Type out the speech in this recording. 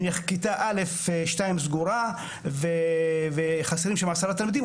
נניח כיתה א2 סגורה וחסרים שם עשרה תלמידים,